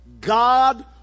God